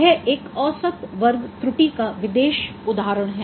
यह एक औसत वर्ग त्रुटी का विशेष उदाहरण है